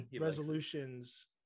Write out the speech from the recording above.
resolutions